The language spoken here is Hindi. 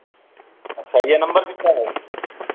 अच्छा ये नंबर किसका है